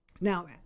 Now